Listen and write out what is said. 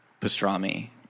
pastrami